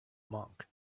monk